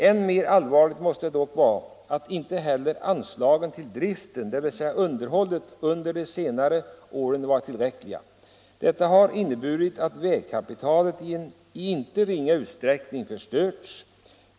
Än merallvarligt måste det dock vara att inte heller anslagen till driften, dvs. underhållet, under de senare åren varit tillräckliga. Detta har inneburit att vägkapitalet i inte ringa utsträckning förstörts.